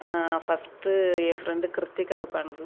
first என் friend கிருத்திகாவுக்கு ஆனது